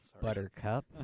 Buttercup